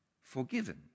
forgiven